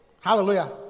Hallelujah